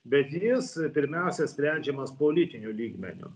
bet jis pirmiausia sprendžiamas politiniu lygmeniu